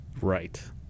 Right